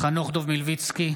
חנוך דב מלביצקי,